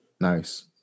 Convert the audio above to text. Nice